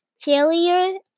failure